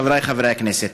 חבריי חברי הכנסת,